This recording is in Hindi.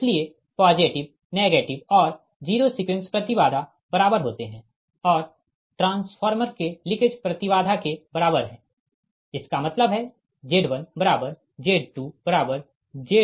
इसलिए पॉजिटिव नेगेटिव और जीरो सीक्वेंस प्रति बाधा बराबर होते है और ट्रांसफार्मर के लीकेज प्रति बाधा के बराबर है इसका मतलब हैZ1Z2Z0Zl